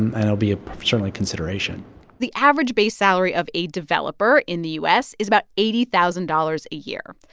and it'll be ah certainly a consideration the average base salary of a developer in the u s. is about eighty thousand dollars a year,